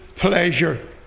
pleasure